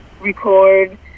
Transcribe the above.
record